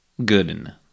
Gooden